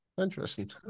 Interesting